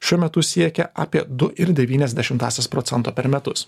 šiuo metu siekia apie du ir devynias dešimtąsias procento per metus